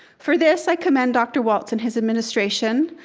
for this, i commend dr. walts and his administration,